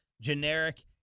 generic